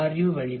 you வழிமுறை